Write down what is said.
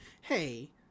hey